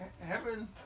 Heaven